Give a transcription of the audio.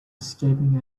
escaping